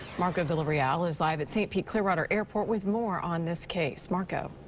marco villarreal is live at saint pete clearwater airport with more on this case, marco.